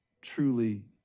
truly